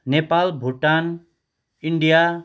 Nepal Bhutan India